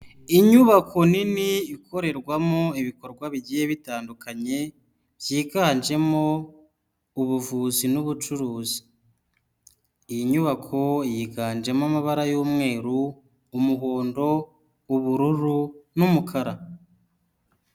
Inyubako nini ikorerwamo ibikorwa bigiye bitandukanye byiganjemo ubuvuzi n'ubucuruzi, iyi nyubako yiganjemo amabara y'umweru, umuhondo, ubururu n'umukara.